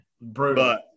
brutal